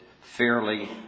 fairly